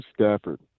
Stafford